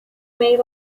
may